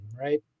Right